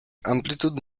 amplitude